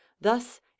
thus